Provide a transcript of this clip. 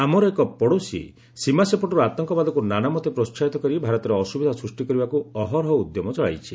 ଆମର ଏକ ପଡ଼ୋଶୀ ସୀମା ସେପଟରୁ ଆତଙ୍କବାଦକୁ ନାନାମତେ ପ୍ରୋହାହିତ କରି ଭାରତରେ ଅସୁବିଧା ସୃଷ୍ଟି କରିବାକୁ ଅହରହ ଉଦ୍ୟମ ଚଳାଇଛି